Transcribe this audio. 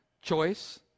choice